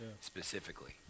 specifically